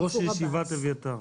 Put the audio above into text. ראש ישיבת אביתר...